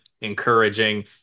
encouraging